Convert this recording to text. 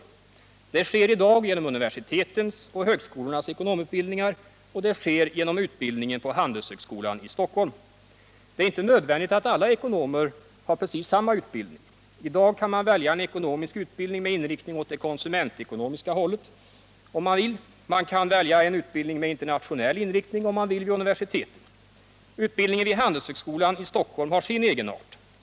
Denna utbildning sker i dag genom universitetens och högskolornas ekonomutbildningar och den sker genom utbildningen på Handelshögskolan i Stockholm. Det är inte nödvändigt att alla ekonomer har precis samma utbildning. I dag kan man välja en ekonomisk utbildning med inriktning åt det konsumentekonomiska hållet, och man kan, om man så vill, välja en utbildning med internationell inriktning. Utbildningen vid Handelshögskolan i Stockholm har sin egenart.